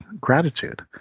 gratitude